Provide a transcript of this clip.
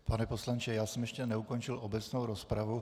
Pane poslanče, já jsem ještě neukončil obecnou rozpravu.